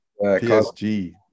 PSG